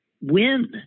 win